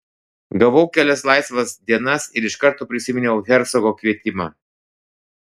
gavau kelias laisvas dienas ir iš karto prisiminiau hercogo kvietimą